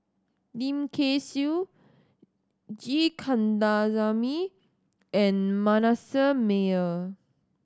Lim Kay Siu G Kandasamy and Manasseh Meyer